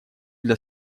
для